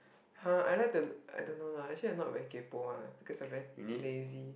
!huh! I like to I don't know lah actually I'm not very kaypo [one] because I'm very lazy